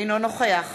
אינו נוכח